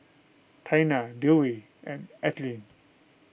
Taina Dewey and Ethelene